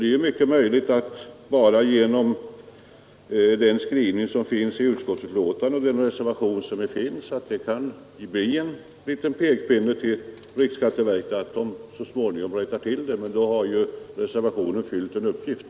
Det är möjligt att utskottets skrivning och den till betänkandet fogade reservationen kan utgöra en liten pekpinne åt riksskatteverket att förbättra informationen. Då har också reservationen fyllt en uppgift.